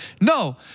No